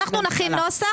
אנחנו נכין נוסח,